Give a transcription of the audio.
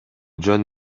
жөн